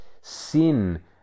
Sin